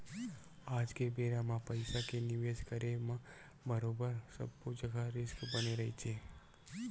आज के बेरा म पइसा के निवेस करे म बरोबर सब्बो जघा रिस्क बने रहिथे